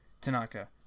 Tanaka